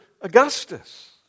Augustus